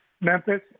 Memphis